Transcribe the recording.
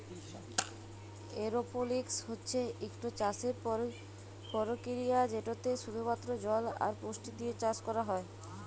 এরওপলিক্স হছে ইকট চাষের পরকিরিয়া যেটতে শুধুমাত্র জল আর পুষ্টি দিঁয়ে চাষ ক্যরা হ্যয়